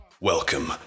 welcome